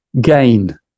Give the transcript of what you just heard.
gain